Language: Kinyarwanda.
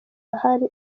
ahari